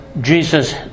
Jesus